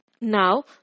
Now